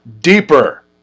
deeper